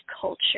culture